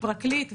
ופרקליט וסנגור.